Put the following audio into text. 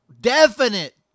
definite